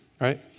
right